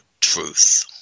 Truth